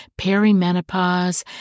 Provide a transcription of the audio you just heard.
perimenopause